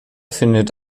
findet